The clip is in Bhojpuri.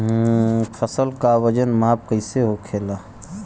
फसल का वजन माप कैसे होखेला?